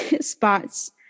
spots